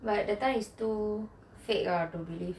but that time is too fake lah to believe